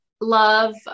love